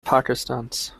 pakistans